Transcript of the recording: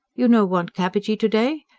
you no want cabbagee to-day?